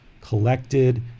collected